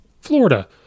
Florida